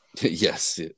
Yes